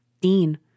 Dean